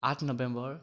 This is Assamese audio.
আঠ নৱেম্বৰ